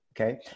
okay